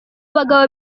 bagabo